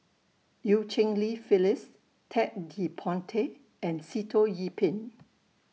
EU Cheng Li Phyllis Ted De Ponti and Sitoh Yih Pin